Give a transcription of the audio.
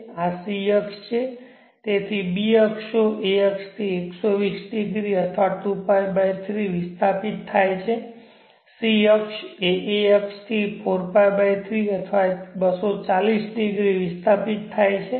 તેથી b અક્ષો a અક્ષ થી 120 ડિગ્રી અથવા 2π 3 વિસ્થાપિત થાય છે c અક્ષ a અક્ષ થી 4π 3 અથવા 240 ડિગ્રી વિસ્થાપિત થાય છે